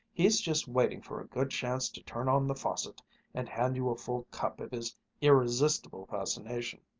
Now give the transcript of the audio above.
he's just waiting for a good chance to turn on the faucet and hand you a full cup of his irresistible fascination.